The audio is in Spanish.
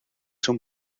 son